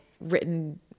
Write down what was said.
written